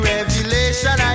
Revelation